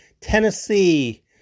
Tennessee